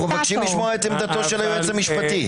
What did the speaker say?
אנחנו מבקשים את עמדתו של היועץ המשפטי.